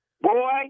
Boy